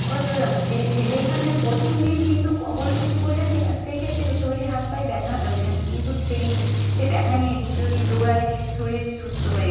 ওতো যেই কারণে প্রথম দিন কিন্তু কখনো কিছু করলে সেই ক্ষেত্রে শরীর হাত পায়ে ব্যাথা জমে থাকে কিন্তু সেই সে ব্যাথা নিয়ে দ্বিতীয় দিন দৌড়ালে শরীর সুস্থ হয়ে যায়